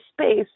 space